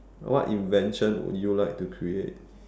what invention would you like to create